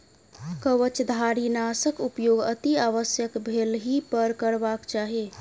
कवचधारीनाशक उपयोग अतिआवश्यक भेलहिपर करबाक चाहि